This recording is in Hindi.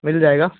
मिल जाएगा